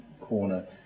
corner